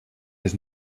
his